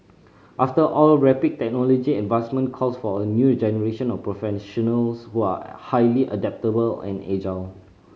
after all rapid technology advancement call for a new generation of professionals who are highly adaptable and agile